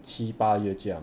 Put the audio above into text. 七八月将